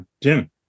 Jim